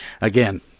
Again